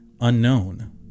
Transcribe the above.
Unknown